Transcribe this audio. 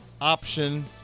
option